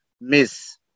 Miss